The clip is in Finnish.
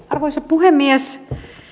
arvoisa puhemies